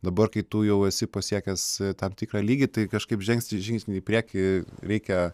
dabar kai tu jau esi pasiekęs tam tikrą lygį tai kažkaip žengsi žingsnį į priekį reikia